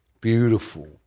beautiful